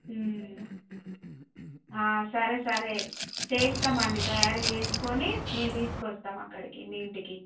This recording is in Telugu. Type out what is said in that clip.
సరే సరే చేస్తామండి తయారు చేసుకొని మేము తీసుకొస్తాం అక్కడికి మీ ఇంటికి